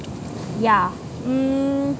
yeah mm